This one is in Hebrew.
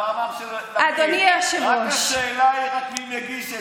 זה למען יוצאי צרפת ומרוקו, זה לא חוק צרפתי.